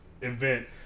event